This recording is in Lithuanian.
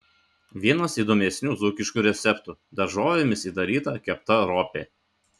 vienas įdomesnių dzūkiškų receptų daržovėmis įdaryta kepta ropė